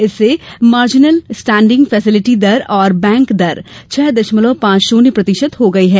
इससे marginal standing facility दर और बैंक दर छह दशमलव पांच शुन्य प्रतिशत हो गयी है